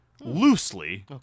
loosely